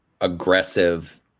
aggressive